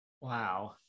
Wow